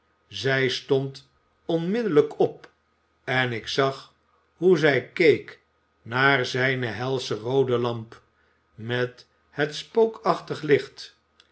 zij stond onmiddellijk op en ik zag hoe zij keek naar zijne helsche roode lamp met het spookachtig licht